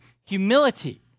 humility